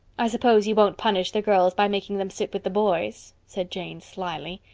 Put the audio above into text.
i suppose you won't punish the girls by making them sit with the boys? said jane slyly.